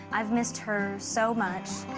i've missed her so much.